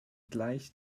gleicht